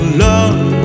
love